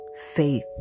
Faith